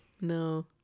No